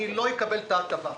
אני לא אקבל את ההטבה.